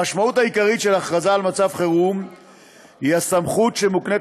המשמעות העיקרית של הכרזה על מצב חירום היא הסמכות שמוקנית